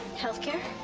health care.